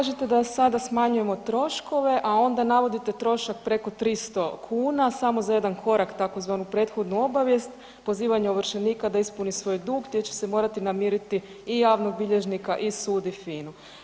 Kažete da sada smanjujemo troškove, a onda navodite trošak preko 300 kuna samo za jedan korak tzv. prethodnu obavijest, pozivanje ovršenika da ispuni svoj dug gdje će se morati namiriti i javnog bilježnika i sud i FINA-u.